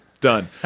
Done